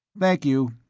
thank you,